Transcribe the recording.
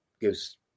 Gives